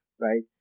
right